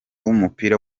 w’umupira